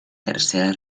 tercera